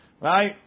Right